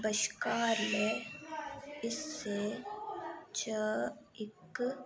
बशक्हारले हिस्से च इक